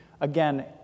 Again